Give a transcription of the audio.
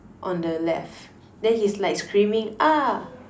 on the left then he's like screaming ah